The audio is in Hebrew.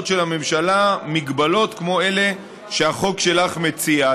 של הממשלה מגבלות כמו אלה שהחוק שלך מציע.